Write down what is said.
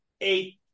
eight